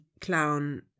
clown